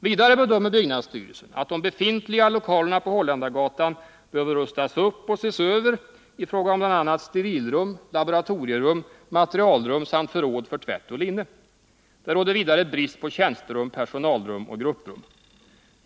Vidare bedömer byggnadsstyrelsen att de befintliga lokalerna på Holländargatan behöver rustas upp och ses över i fråga om bl.a. sterilrum, laboratorierum, materialrum samt förråd för tvätt och linne. Det råder vidare brist på tjänsterum, personalrum och grupprum.